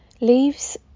leaves